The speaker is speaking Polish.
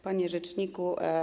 Panie Rzeczniku!